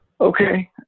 okay